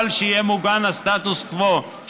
אבל שהסטטוס קוו יהיה מוגן,